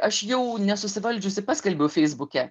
aš jau nesusivaldžiusi paskelbiau feisbuke